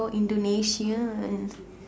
oh Indonesian